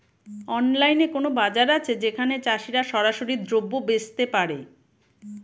অনলাইনে কোনো বাজার আছে যেখানে চাষিরা সরাসরি দ্রব্য বেচতে পারে?